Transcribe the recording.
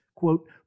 quote